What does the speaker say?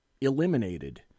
eliminated